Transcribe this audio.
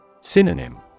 Synonym